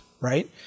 right